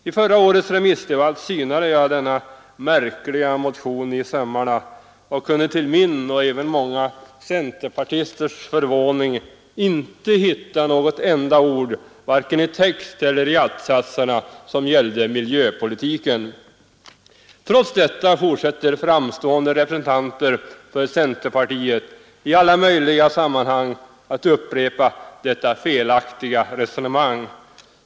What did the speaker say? I förra årets remissdebatt synade jag denna märkliga motion i sömmarna och kunde till min och även centerpartisters förvåning inte hitta något enda ord, varken i texten eller i att-satserna, som gällde miljöpolitiken. Trots detta fortsätter framstående representanter för centerpartiet i alla möjliga sammanhang att upprepa detta felaktiga resonemang.